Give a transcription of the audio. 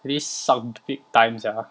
really suck big time sia